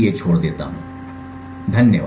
धन्यवाद